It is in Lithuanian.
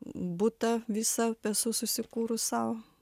butą visą esu susikūrus sau